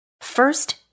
First